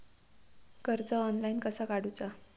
कर्ज ऑनलाइन कसा काडूचा?